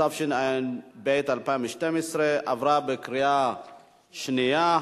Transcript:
התשע"ב 2012, עברה בקריאה שנייה.